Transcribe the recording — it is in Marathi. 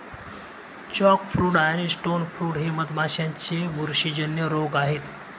चॉकब्रूड आणि स्टोनब्रूड हे मधमाशांचे बुरशीजन्य रोग आहेत